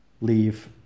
leave